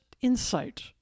insight